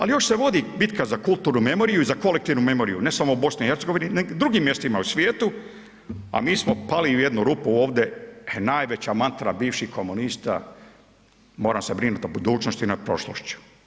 Ali još se vodi bitka za kulturnu memoriju i za kolektivnu memoriju, ne samo u BiH nego i u drugim mjestima u svijetu, a mi smo pali u jednu rupu ovdje najveća mantra bivših komunista moramo se brinuti o budućnosti nad prošlošću.